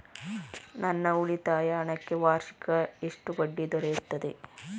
ನನ್ನ ಉಳಿತಾಯ ಹಣಕ್ಕೆ ವಾರ್ಷಿಕ ಎಷ್ಟು ಬಡ್ಡಿ ದೊರೆಯುತ್ತದೆ?